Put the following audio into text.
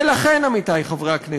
ולכן, עמיתי חברי הכנסת,